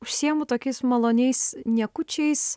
užsiimu tokiais maloniais niekučiais